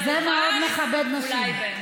אולי בהמשך.